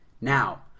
Now